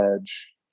edge